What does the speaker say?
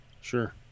Sure